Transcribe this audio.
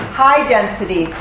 high-density